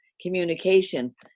communication